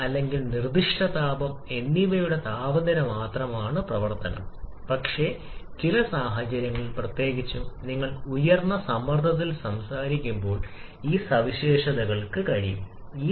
അതിനുശേഷം വായുവുമായി പൊരുത്തപ്പെടുന്നതിനാൽ നമുക്ക് 2 മുതൽ 1 വരെ മോളിലെ ഓക്സിജൻ ഉണ്ട് ഏകദേശം 32 ഭിന്നസംഖ്യകളെ അവഗണിച്ചുകൊണ്ട് നമ്മൾ ഏകദേശ സംഖ്യ എടുക്കുന്നു നൈട്രജന്റെ 3